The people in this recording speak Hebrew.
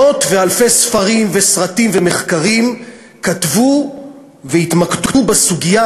מאות ואלפי ספרים וסרטים ומחקרים נכתבו והתמקדו בסוגיה